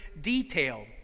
detailed